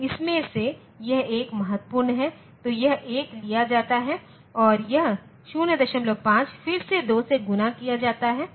तो इसमें से यह 1 महत्वपूर्ण है तो यह 1 लिया जाता है और यह 05 फिर से 2 से गुणा किया जाता है